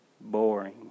boring